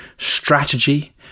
strategy